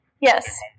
Yes